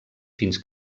fins